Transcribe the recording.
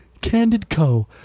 CandidCo